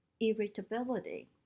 irritability